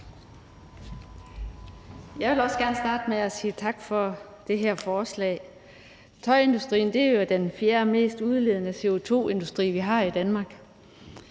Jeg vil også gerne starte med at sige tak for det her forslag. Tøjindustrien er jo den fjerdemest CO2-udledende industri, vi har i Danmark,